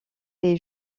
est